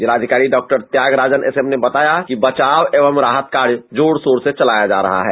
जिलाधिकारी डा Tyagarajan S M ने बताया कि बचाव एवं राहत कार्य जोर शोर से चलाया जा रहा है